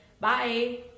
Bye